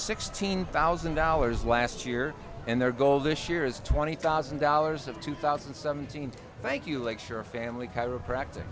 sixteen thousand dollars last year and their goal this year is twenty thousand dollars of two thousand and seventeen thank you lecture a family chiropractor